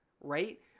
Right